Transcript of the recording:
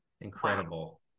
Incredible